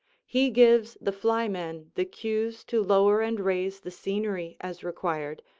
he gives the flymen the cues to lower and raise the scenery as required,